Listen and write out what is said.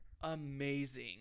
Amazing